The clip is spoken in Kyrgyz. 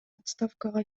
отставкага